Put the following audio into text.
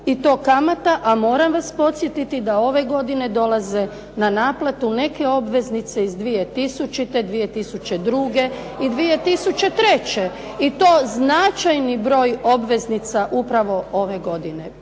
I to kamata, a moram vas podsjetiti da ove godine dolaze na naplatu neke obveznice iz 2000., 2002. i 2003. i to značajni broj obveznica upravo ove godine.